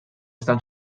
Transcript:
estan